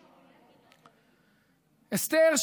אסתר,